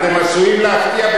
אתם עשויים להפתיע,